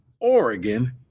Oregon